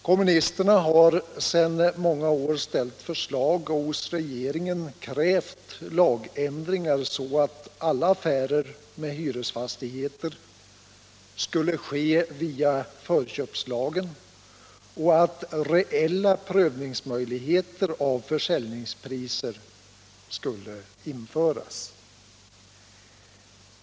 Kommunisterna har sedan många år ställt förslag och hos regeringen krävt lagändringar t.ex. så att alla affärer med hyresfastigheter skulle ske via förköpslagen och att reella prövningsmöjligheter av försäljningspriser skulle införas.